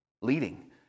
leading